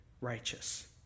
righteous